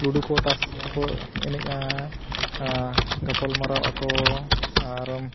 ᱞᱩᱰᱩ ᱠᱚ ᱛᱟᱥ ᱠᱚᱠᱚ ᱮᱱᱮᱡᱼᱟ ᱜᱟᱯᱟᱞ ᱢᱟᱨᱟᱣ ᱟᱠᱚ ᱟᱨ